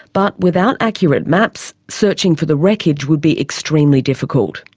but without accurate maps searching for the wreckage would be extremely difficult.